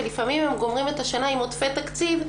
ולפעמים הם גומרים את השנה עם עודפי תקציב,